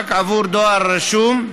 רק עבור דואר רשום,